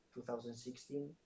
2016